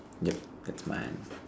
yup that's mad